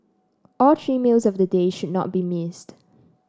all three meals of the day should not be missed